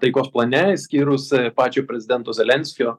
taikos plane išskyrus pačio prezidento zelenskio